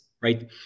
right